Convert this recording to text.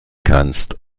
kannst